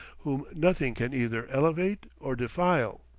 whom nothing can either elevate or defile.